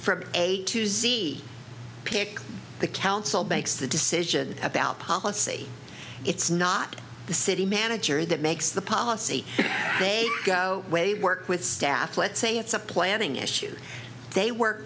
from a to z pick the council banks the decision about policy it's not the city manager that makes the policy they go way work with staff let's say it's a planning issue they work